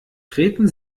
treten